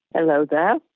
hello there.